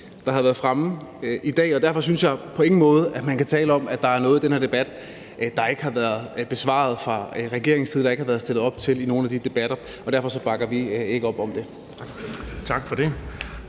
der har været fremme i dag. Derfor synes jeg på ingen måde, at man kan tale om, at der er noget af den her debat, som der ikke er blevet besvaret fra regeringens side, og som der ikke har været stillet op til i debatter, og derfor bakker vi ikke op om det. Tak. Kl.